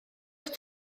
oedd